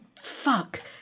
fuck